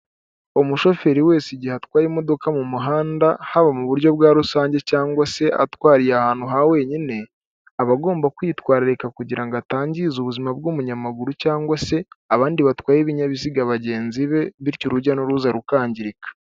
Umushoferi wese igihe atwaye imodoka mu muhanda haba mu buryo bwa rusange cyangwa se atwariye ahantu ha wenyine, aba agomba kwitwararika kugira ngo atangize ubuzima bw'umunyamaguru cyangwa se abandi batwaye ibinyabiziga bagenzi be, bityo urujya n'uruza rukangirika.